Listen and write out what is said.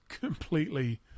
completely